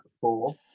four